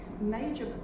major